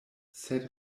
sed